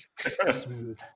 Smooth